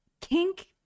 Kink